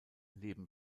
leben